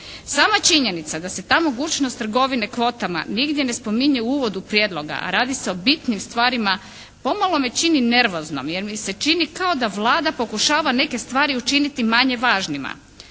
Sama činjenica da se ta mogućnost trgovine kvotama nigdje ne spominje u uvodu prijedloga, a radi se o bitnim stvarima pomalo me čini nervoznom jer mi se čini kao da Vlada pokušava neke stvari učiniti manje važnima.